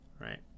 Right